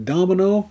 Domino